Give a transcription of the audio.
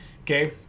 Okay